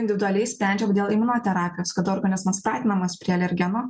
individualiai sprendžiam dėl imunoterapijos kad organizmas pratinamas prie alergeno